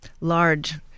large